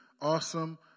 awesome